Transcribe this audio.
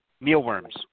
mealworms